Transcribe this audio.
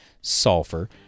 sulfur